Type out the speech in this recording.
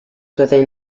within